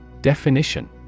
Definition